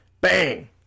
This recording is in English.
Bang